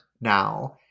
now